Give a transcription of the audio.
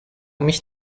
mich